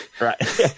Right